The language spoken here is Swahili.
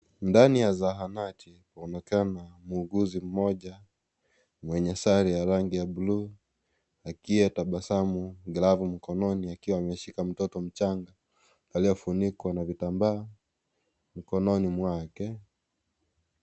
Ndani ya zahanati, anaonekana muuguzi mmoja mwenye sare ya rangi buluu, akiyatabasamu. Glovu mikononi, akiwa ameshika mtoto mchanga aliyefunikwa na vitambaa mkononi mwake.